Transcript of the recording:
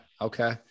okay